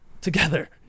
together